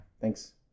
Thanks